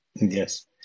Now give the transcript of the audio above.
Yes